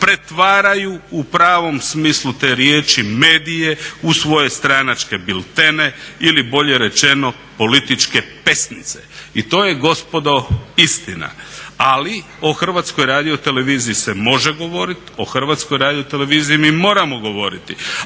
Pretvaraju u pravom smislu te riječi medije u svoje stranačke biltene ili bolje rečeno političke pesnice. I to je gospodo istina. Ali o Hrvatskoj radioteleviziji se može govoriti, o HRT-u mi moramo govoriti,